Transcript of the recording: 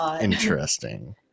interesting